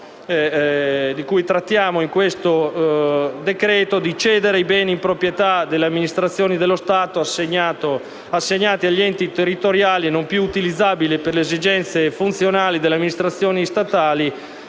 di cui trattiamo in questo decreto, l'autorizzazione a cedere i beni in proprietà dello Stato, assegnati agli enti territoriali e non più utilizzabili per le esigenze funzionali delle amministrazioni statali,